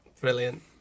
Brilliant